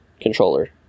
controller